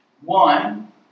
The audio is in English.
One